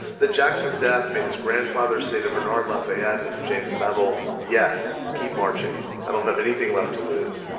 that jackson's death made his grandfather say to bernard lafayette and to james bevel, yes, keep marching i don't have anything left to lose.